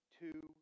two